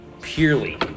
Purely